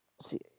see